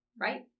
right